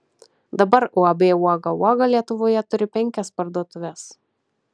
dabar uab uoga uoga lietuvoje turi penkias parduotuves